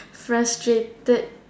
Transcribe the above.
frustrated